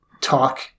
talk